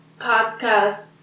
podcast